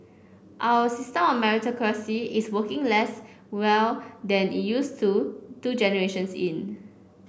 our system of meritocracy is working less well than it used to two generations in